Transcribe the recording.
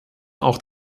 auch